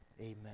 Amen